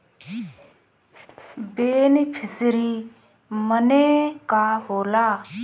Beneficiary मने का होला?